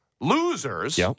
losers